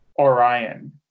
Orion